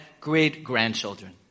great-grandchildren